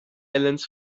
islands